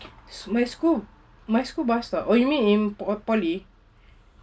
my school my school bus stop oh you mean in po~ poly